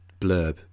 blurb